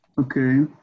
okay